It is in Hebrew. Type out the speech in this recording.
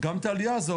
גם את העלייה הזו,